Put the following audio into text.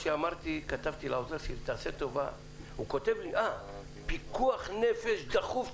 איך הגעתי להתעסק בעניין הקווים הכשרים והחסימות?